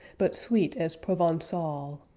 but sweet as provencal.